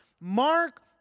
Mark